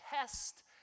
test